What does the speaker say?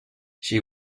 she